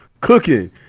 cooking